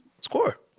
Score